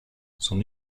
son